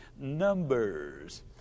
numbers